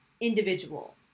individual